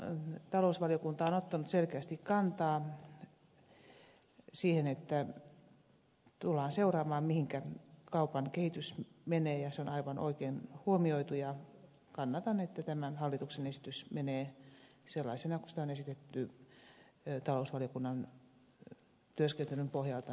mielestäni talousvaliokunta on ottanut selkeästi kantaa siihen että tullaan seuraamaan mihinkä kaupan kehitys menee ja se on aivan oikein huomioitu ja kannatan että tämä hallituksen esitys menee läpi sellaisena kuin sitä on esitetty talousvaliokunnan työskentelyn pohjalta